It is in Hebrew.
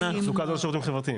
תחזוקה זה לא שירותים חברתיים.